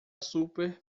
super